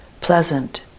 pleasant